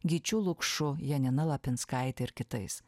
gyčiu lukšu janina lapinskaite ir kitais